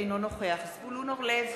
אינו נוכח זבולון אורלב,